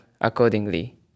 accordingly